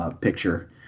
picture